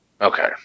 Okay